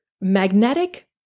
magnetic